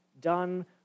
done